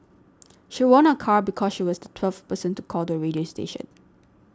she won a car because she was the twelfth person to call the radio station